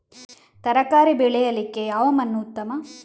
ತರಕಾರಿ ಬೆಳೆಯಲಿಕ್ಕೆ ಯಾವ ಮಣ್ಣು ಉತ್ತಮ?